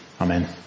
amen